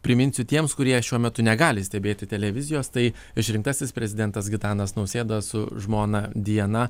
priminsiu tiems kurie šiuo metu negali stebėti televizijos tai išrinktasis prezidentas gitanas nausėda su žmona diana